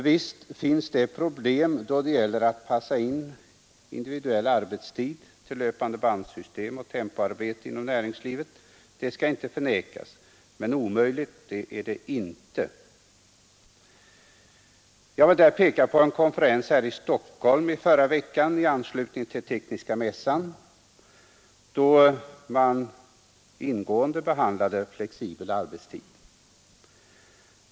Visst finns det problem då det gäller att passa in individuell arbetstid i löpandebandsystem och tempoarbete inom näringslivet — det skall inte förnekas. Men omöjligt är det inte. Jag vill i detta sammanhang peka på en konferens som hölls här i Stockholm i förra veckan i anslutning till Tekniska mässan, då man ingående behandlade flexibel arbetstid.